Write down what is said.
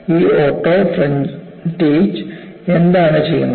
പക്ഷേ ഈ ഓട്ടോഫ്രെറ്റേജ് എന്താണ് ചെയ്യുന്നത്